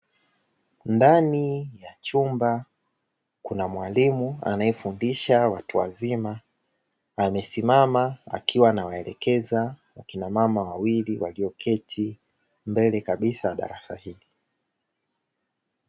Ndani ya chumba kuna mwalimu anayefundisha watu wazima, amesimama akiwa anawaelekeza wakina mama wawili walioketi mbele kabisa ya darasa hili.